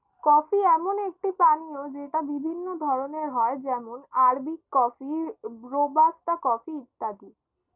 coffee এমন একটি পানীয় যেটা বিভিন্ন ধরণের হয় যেমন আরবিক কফি, রোবাস্তা কফি ইত্যাদি